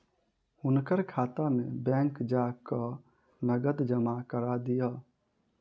हुनकर खाता में बैंक जा कय नकद जमा करा दिअ